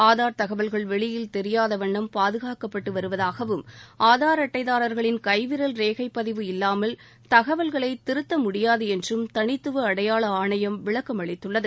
ஆதார் தகவல்கள் வெளியில் தெரியாதவண்ணம் பாதுகாக்கப்பட்டு வருவதாகவும் ஆதார் அட்டைதாரர்களின் கைவிரல் ரேகை பதிவு இல்லாமல் தகவல்களை திருத்த முடியாது என்றும் தளித்துவ அடையாள ஆணையம் விளக்கமளித்துள்ளது